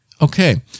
Okay